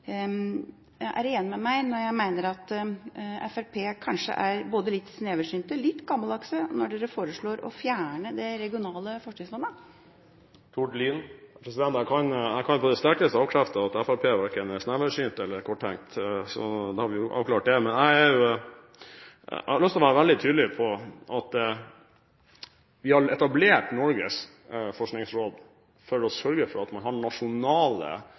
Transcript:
Jeg lurer på om representanten Lien er enig med meg når jeg mener at Fremskrittspartiet er både litt sneversynt og litt gammeldags når de foreslår å fjerne de regionale forskningsfondene. Jeg kan avkrefte at Fremskrittspartiet er sneversynt eller korttenkt, så da har vi avklart det! Jeg har lyst til å være veldig tydelig på at vi har etablert Norges forskningsråd for å sørge for at man har nasjonale